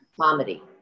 comedy